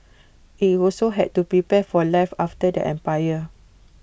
IT also had to prepare for life after the empire